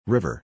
River